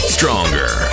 Stronger